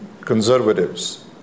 conservatives